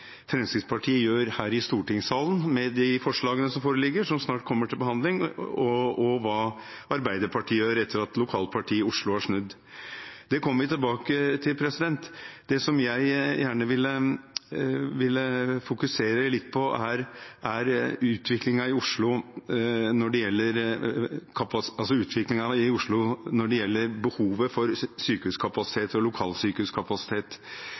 Fremskrittspartiet gjør her i stortingssalen med de forslagene som foreligger, som snart kommer til behandling, og hva Arbeiderpartiet gjør etter at lokalpartiet i Oslo har snudd. Det kommer vi tilbake til. Det som jeg gjerne vil fokusere litt på, er utviklingen i Oslo når det gjelder behovet for sykehuskapasitet og lokalsykehuskapasitet. Hvis en regner med at befolkningen i Oslo